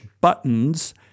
buttons